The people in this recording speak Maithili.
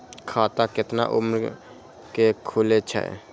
खाता केतना उम्र के खुले छै?